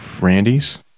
Randy's